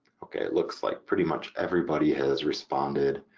okay it looks like pretty much everybody has responded.